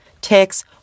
ticks